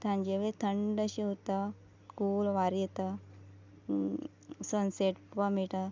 सांजे वेळ थंड अशें उरता कूल वारें येता सनसॅट पोवपा मेळटा